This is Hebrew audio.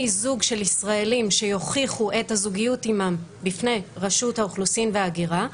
זוג של ישראלים שיוכיחו את הזוגיות עמם בפני רשות האוכלוסין וההגירה,